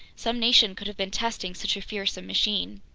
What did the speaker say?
some nation could have been testing such a fearsome machine.